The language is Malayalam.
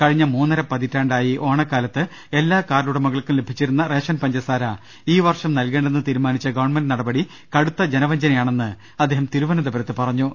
കഴിഞ്ഞ മൂന്നര പതിറ്റാണ്ടായി ഓണക്കാലത്ത് എല്ലാ കാർഡ് ഉടമകൾക്കും ലഭിച്ചിരുന്ന റേഷൻ പഞ്ചസാര ഈ വർഷം നൽകേണ്ടെന്ന് തീരുമാനിച്ച ഗവൺമെന്റ് നടപടി കടുത്ത് ജനവഞ്ചനയാണെന്ന് അദ്ദേഹം തിരുവനന്തപുരത്ത് പറഞ്ഞു